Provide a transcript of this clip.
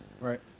right